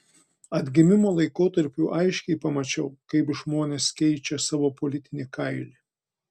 atgimimo laikotarpiu aiškiai pamačiau kaip žmonės keičia savo politinį kailį